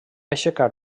aixecar